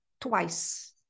twice